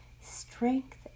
strength